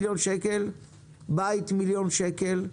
בית זה מיליון שקל,